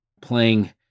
playing